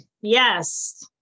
yes